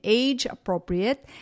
age-appropriate